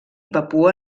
papua